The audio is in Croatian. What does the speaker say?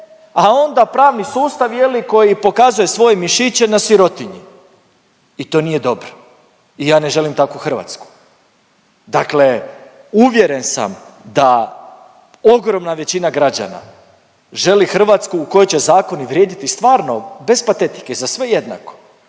a onda pravni sustav je li koji pokazuje svoje mišiće na sirotinji. I to nije dobro i ja ne želim takvu Hrvatsku. Dakle, uvjeren sam da ogromna većina građana želi Hrvatsku u kojoj će zakoni vrijediti stvarno bez patetike za sve jednako.